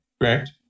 correct